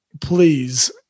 Please